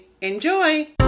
Enjoy